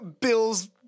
Bill's